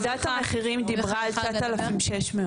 ועדת המחירים דיברה על 9,600,